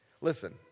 Listen